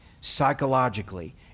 psychologically